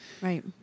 right